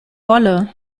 wolle